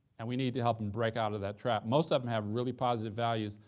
and we need to help em break out of that trap. most of em have really positive values,